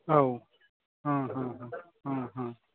औ